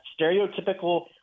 stereotypical